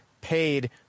paid